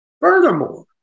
Furthermore